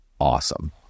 Awesome